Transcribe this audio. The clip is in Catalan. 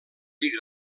dir